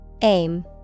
Aim